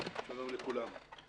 שלום לכולם.